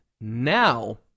Now